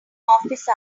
office